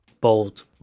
Bold